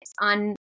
on